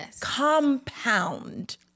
compound